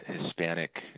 Hispanic